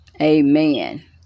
Amen